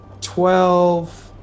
Twelve